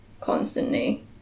constantly